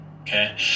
Okay